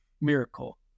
miracle